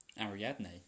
Ariadne